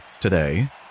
today